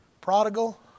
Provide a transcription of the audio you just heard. Prodigal